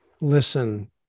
listen